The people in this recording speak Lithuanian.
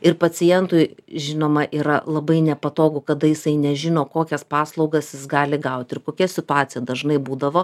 ir pacientui žinoma yra labai nepatogu kada jisai nežino kokias paslaugas jis gali gaut ir kokia situacija dažnai būdavo